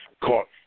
caught